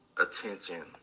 attention